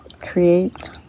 Create